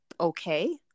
okay